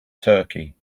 turkey